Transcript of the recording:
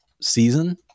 season